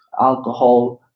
alcohol